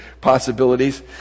possibilities